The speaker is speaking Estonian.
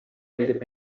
meeldib